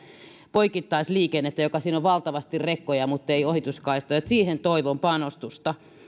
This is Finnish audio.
poikittaisliikennettä siinä on valtavasti rekkoja muttei ohituskaistoja siihen toivon panostusta